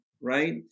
right